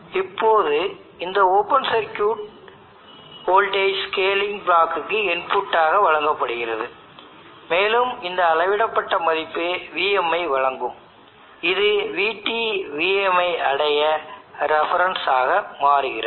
இப்போது இந்த open circuit voltage scaling block க்கு இன்புட் ஆக வழங்கப்படுகிறது மேலும் இந்த அளவிடப்பட்ட மதிப்பு Vm ஐ வழங்கும் இது Vt Vm ஐ அடைய ரெஃபரன்ஸ் ஆக மாறுகிறது